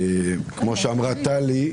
כמו שאמרה טלי,